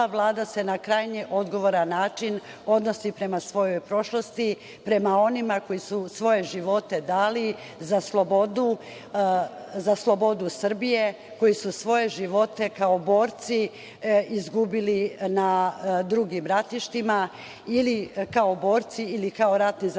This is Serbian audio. Vlada se na krajnje odgovoran način odnosi prema svojoj prošlosti, prema onima koji su svoje živote dali za slobodu Srbije, koji su svoje živote kao borci izgubili na drugim ratištima, ili kao borci ili kao ratni zarobljenici.